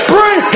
Bring